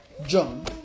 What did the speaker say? john